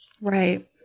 right